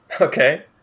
Okay